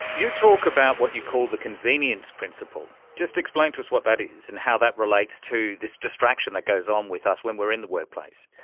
you talk about what you call the convenience principle. just explain to us what that is and how that relates to this distraction that goes on um with us when we are in the workplace.